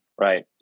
right